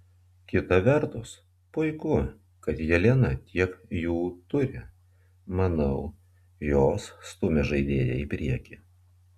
kita vertus puiku kad jelena tiek jų turi manau jos stumia žaidėją į priekį